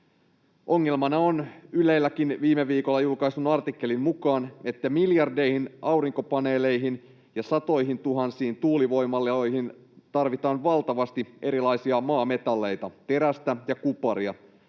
Ongelmana on Ylelläkin viime viikolla julkaistun artikkelin mukaan, että miljardeihin aurinkopaneeleihin ja satoihintuhansiin tuulivoimaloihin tarvitaan valtavasti erilaisia maametalleja, terästä ja kuparia.